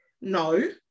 No